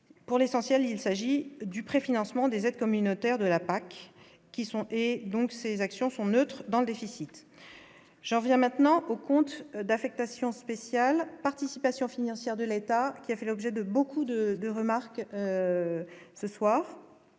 pour l'essentiel, il s'agit du préfinancement des aides communautaires de la PAC, qui sont, et donc ces actions sont neutres dans le déficit. J'en viens maintenant au compte d'affectation spéciale participation financière de l'État qui a fait l'objet de beaucoup de de remarques ce soir